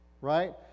right